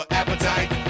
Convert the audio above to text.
appetite